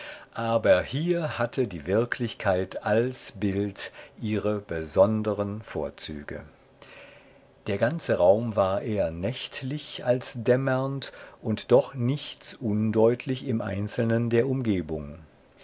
aber hier hatte die wirklichkeit als bild ihre besonderen vorzüge der ganze raum war eher nächtlich als dämmernd und doch nichts undeutlich im einzelnen der umgebung